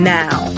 now